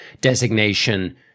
designation